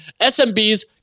SMBs